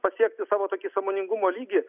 pasiekti savo tokį sąmoningumo lygį